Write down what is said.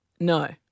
No